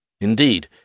Indeed